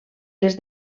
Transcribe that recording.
les